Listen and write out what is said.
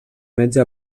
metge